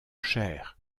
chair